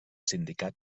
sindicat